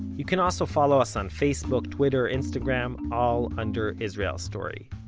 you can also follow us on facebook, twitter, instagram, all under israel story.